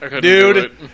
Dude